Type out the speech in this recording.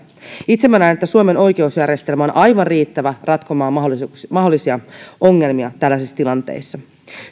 itse minä näen että suomen oikeusjärjestelmä on aivan riittävä ratkomaan mahdollisia ongelmia tällaisissa tilanteissa jos